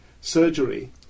surgery